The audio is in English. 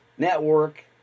network